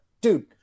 dude